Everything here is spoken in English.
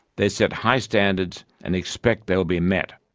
they set high standards and expect they will be met.